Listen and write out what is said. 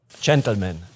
Gentlemen